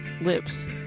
lips